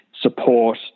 support